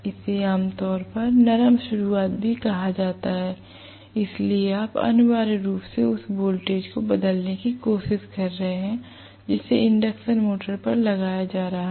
इसे आमतौर पर नरम शुरुआत भी कहा जाता है इसलिए आप अनिवार्य रूप से उस वोल्टेज को बदलने की कोशिश कर रहे हैं जिसे इंडक्शन मोटर पर लगाया जा रहा है